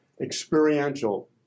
Experiential